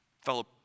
fellow